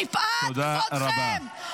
מפאת כבודכם -- טלי --- תודה רבה.